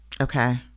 Okay